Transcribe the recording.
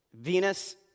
Venus